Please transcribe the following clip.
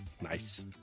Nice